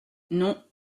non